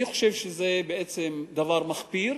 אני חושב שזה דבר מחפיר,